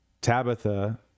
Tabitha